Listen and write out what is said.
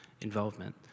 involvement